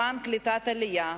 למען קליטת עלייה,